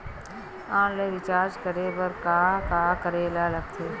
Online recharge करे बर का का करे ल लगथे?